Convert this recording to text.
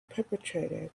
perpetrator